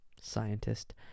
scientist